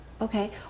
Okay